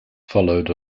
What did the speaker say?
followed